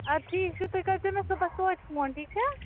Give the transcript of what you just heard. اَدٕ ٹھیٖک چھُ تُہۍ کٔرۍزیٚو مےٚ صُبحس توتہِ فون ٹھیٖک چھا